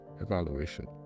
evaluation